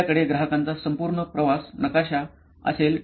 आपल्याकडे ग्राहकांचा संपूर्ण प्रवास नकाशा असेल